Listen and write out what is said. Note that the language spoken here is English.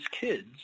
kids